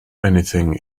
anything